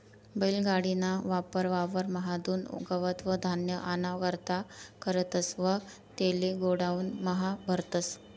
बैल गाडी ना वापर वावर म्हादुन गवत व धान्य आना करता करतस व तेले गोडाऊन म्हा भरतस